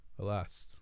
alas